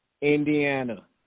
Indiana